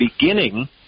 beginning